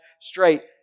straight